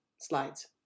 slides